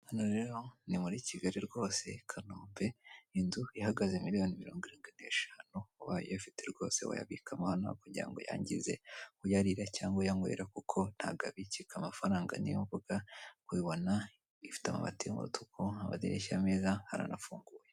Hano rero ni muri kigali rwose i Kanombe inzu ihagaze miliyoni mirogwirirwi neshanu ubaye uyafite rwose wayabikamo hano aho kugirango ngo yangize kuyarira cyangwa uyanywera kuko ntaga abikika amafaranga niyo mvuga uyibona ifite amabati yumutuku kuko amadirishya meza harana funguye.